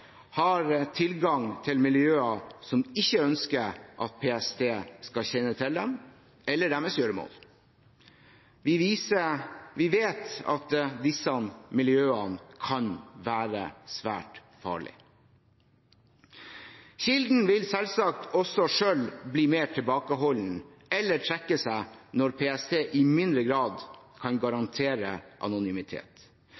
har tilgang til miljøer som ikke ønsker at PST skal kjenne til dem eller deres gjøremål. Vi vet at disse miljøene kan være svært farlige. Kildene vil selvsagt også selv bli mer tilbakeholdne eller trekke seg når PST i mindre grad kan